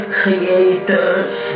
creators